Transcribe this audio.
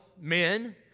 men